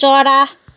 चरा